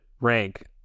rank